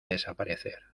desaparecer